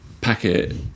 packet